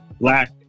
black